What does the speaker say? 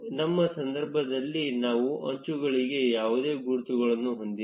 ನಮ್ಮ ಸಂದರ್ಭದಲ್ಲಿ ನಾವು ಅಂಚುಗಳಿಗೆ ಯಾವುದೇ ಗುರುತುಗಳನ್ನು ಹೊಂದಿಲ್ಲ